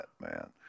man